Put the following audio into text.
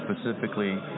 specifically